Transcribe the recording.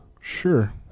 Sure